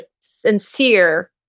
sincere